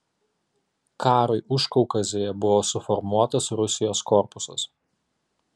karui užkaukazėje buvo suformuotas rusijos korpusas